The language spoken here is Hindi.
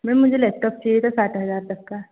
मैम मुझे लेपटाॅप चाहिए था साठ हजार तक का